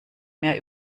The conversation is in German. mehr